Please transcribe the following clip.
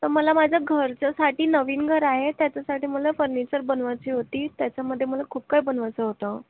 तर मला माझं घरच्यासाठी नवीन घर आहे त्याच्यासाठी मला फर्निचर बनवायची होती त्याच्यामध्ये मला खूप काय बनवायचं होतं